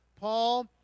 Paul